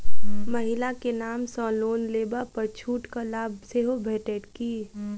महिला केँ नाम सँ लोन लेबऽ पर छुटक लाभ सेहो भेटत की?